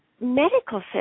medical